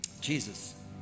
Jesus